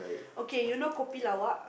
okay you know kopi Luwak